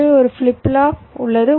எனவே ஒரு flip flop உள்ளது